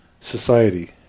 society